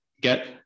get